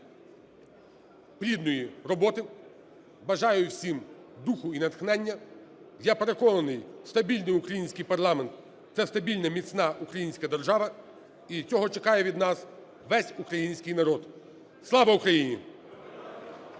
плідної роботи, бажаю всім духу і натхнення. Я переконаний, стабільний український парламент – це стабільна, міцна українська держава, і цього чекає від нас весь український народ. Слава Україні!